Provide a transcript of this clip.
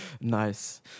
Nice